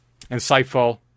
insightful